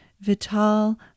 Vital